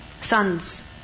Sons